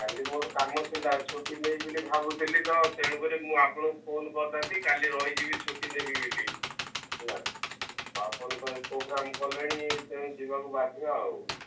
କାଲି ମୋର କାମ ଥିଲା ଛୁଟି ନେବି ବୋଲି ଭାବୁଥିଲି ତ ତେଣୁକରି ମୁଁ ଆପଣଙ୍କୁ ଫୋନ କରିଥାନ୍ତି କାଲି ରହିଯିବି ଛୁଟି ନେବି ବୋଲି ହେଲା ଆପଣଙ୍କ ଏ ପ୍ରୋଗ୍ରାମ କଲେଣି ତେଣୁ ଯିବାକୁ ବାଧ୍ୟ ଆଉ